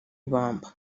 ibamba